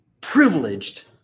privileged